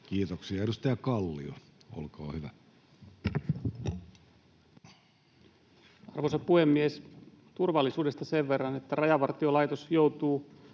Kiitoksia. — Edustaja Kallio, olkaa hyvä. Arvoisa puhemies! Turvallisuudesta sen verran, että Rajavartiolaitos joutuu